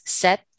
set